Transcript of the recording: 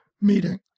meeting